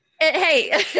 Hey